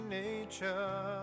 nature